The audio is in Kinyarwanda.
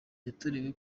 yatorewe